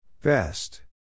Best